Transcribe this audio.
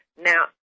Now